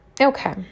okay